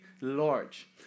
large